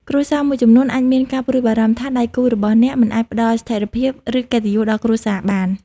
គ្រួសារមួយចំនួនអាចមានការព្រួយបារម្ភថា ដៃគូរបស់អ្នកមិនអាចផ្តល់ស្ថិរភាព ឬកិត្តិយសដល់គ្រួសារបាន។